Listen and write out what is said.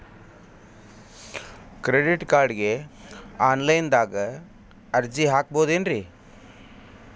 Credit ಕಾರ್ಡ್ಗೆ online ದಾಗ ಅರ್ಜಿ ಹಾಕ್ಬಹುದೇನ್ರಿ?